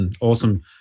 Awesome